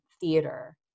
theater